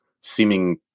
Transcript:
seeming